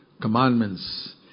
commandments